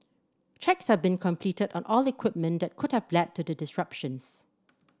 checks have been completed on all equipment that could have led to the disruptions